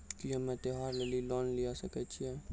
की हम्मय त्योहार लेली लोन लिये सकय छियै?